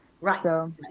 Right